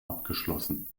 abgeschlossen